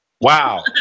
Wow